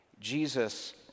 jesus